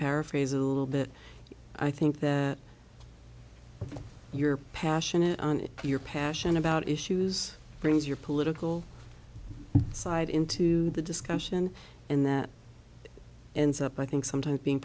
paraphrase a little bit i think that you're passionate on your passion about issues brings your political side into the discussion and that ends up i think sometimes being